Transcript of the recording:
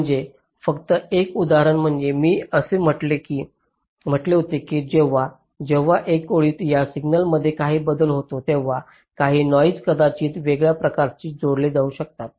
म्हणजे फक्त एक उदाहरण म्हणजे मी असे म्हटले होते की जेव्हा जेव्हा एका ओळीत या सिग्नलमध्ये काही बदल होतो तेव्हा काही नॉईस कदाचित वेगळ्या प्रकारे जोडले जाऊ शकतात